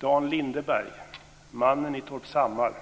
Dan Lindeberg, mannen i Torpshammar